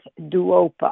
Duopa